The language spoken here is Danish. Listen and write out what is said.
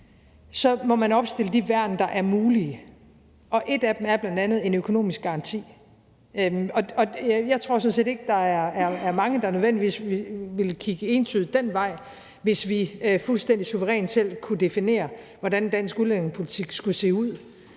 så må man opstille de værn, der er mulige. Og et af dem er bl.a. en økonomisk garanti. Jeg tror sådan set ikke, at der er mange, der nødvendigvis ville kigge entydigt den vej, hvis vi fuldstændig suverænt selv kunne definere, hvordan dansk udlændingepolitik skulle se ud.